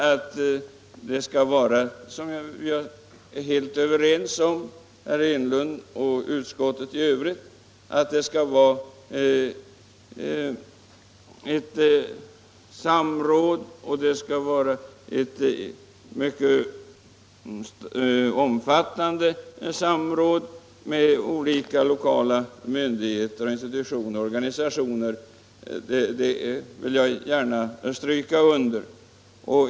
Att det skall vara ett samråd är herr Enlund och utskottet i övrigt sålunda helt överens om. Det skall vara ett mycket omfattande samråd med olika lokala myndigheter, institutioner och organisationer; det vill jag gärna stryka under.